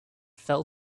fell